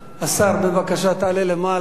בבקשה תעלה למעלה.